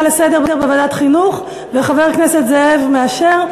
לסדר-היום לוועדת החינוך וחבר הכנסת זאב מאשר.